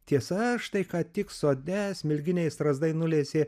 tiesa štai ką tik sode smilginiai strazdai nulesė